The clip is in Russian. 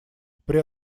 при